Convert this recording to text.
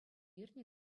иртнӗ